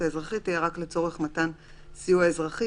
ההתגוננות האזרחית תהיה רק לצורך מתן סיוע אזרחי,